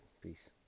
Peace